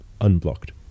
unblocked